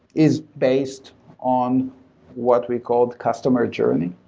is based on what we called customer journey.